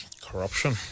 Corruption